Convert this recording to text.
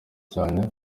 cyane